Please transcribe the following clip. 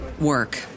work